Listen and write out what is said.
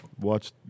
Watch